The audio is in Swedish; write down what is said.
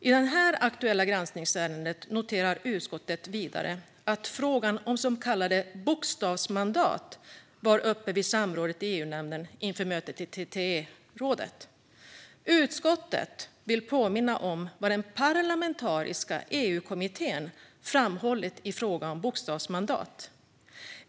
I detta aktuella granskningsärende noterar utskottet att frågan om så kallade bokstavsmandat var uppe vid samrådet i EU-nämnden inför mötet i TTE-rådet. Utskottet vill påminna om vad den parlamentariska EU-kommittén har framhållit i fråga om bokstavsmandat.